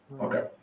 Okay